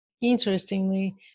interestingly